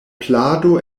plado